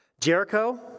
Jericho